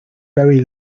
very